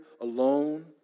alone